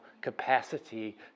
capacity